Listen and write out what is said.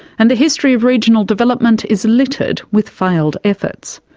and the history of regional development is littered with failed efforts.